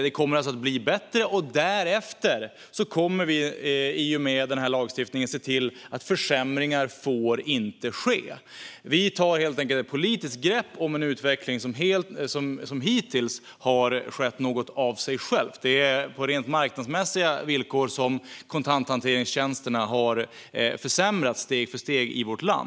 Därefter kommer vi i och med lagstiftningen att se till att försämringar inte får ske. Vi tar helt enkelt ett politiskt grepp om en utveckling som hittills har skett något av sig själv. Kontanthanteringstjänsterna i vårt land har på rent marknadsmässiga villkor försämrats steg för steg.